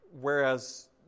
whereas